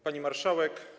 Pani Marszałek!